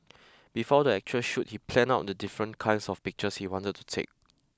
before the actual shoot he planned out the different kinds of pictures he wanted to take